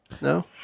no